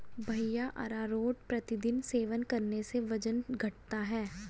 भैया अरारोट प्रतिदिन सेवन करने से वजन घटता है